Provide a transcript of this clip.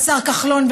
השר כחלון,